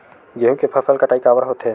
गेहूं के फसल कटाई काबर होथे?